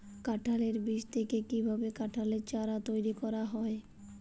কাঁঠালের বীজ থেকে কীভাবে কাঁঠালের চারা তৈরি করা হয়?